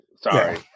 Sorry